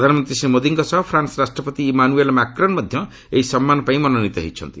ପ୍ରଧାନମନ୍ତ୍ରୀ ଶ୍ରୀ ମୋଦିଙ୍କ ସହ ଫ୍ରାନ୍ସ ରାଷ୍ଟ୍ରପତି ଇମାନୁଏଲ୍ ମାକ୍ରନ୍ ମଧ୍ୟ ଏଇ ସମ୍ମାନ ପାଇଁ ମନୋନିତ ହୋଇଛନ୍ତି